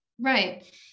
Right